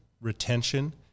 retention